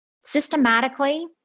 Systematically